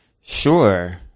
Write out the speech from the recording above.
Sure